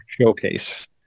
Showcase